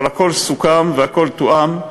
אבל הכול סוכם והכול תואם.